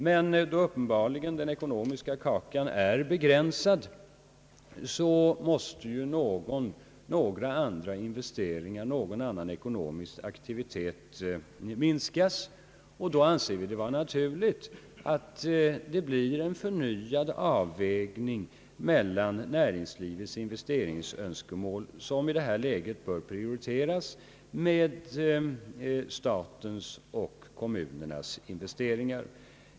Men då uppenbarligen den ekonomiska kakan är begränsad måste några andra investeringar, någon annan ekonomisk aktivitet minskas; därför finner vi det naturligt att man gör en förnyad avvägning mellan näringslivets investeringsönskemål, som i detta läge bör prioriteras, respektive statens och kommunernas investeringar.